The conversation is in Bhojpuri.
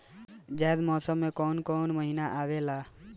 जायद मौसम में काउन काउन महीना आवेला?